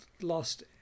lost